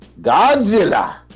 Godzilla